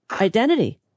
identity